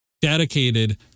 dedicated